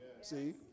See